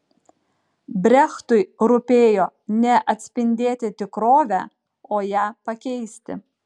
brechtui rūpėjo ne atspindėti tikrovę o ją pakeisti